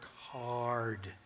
hard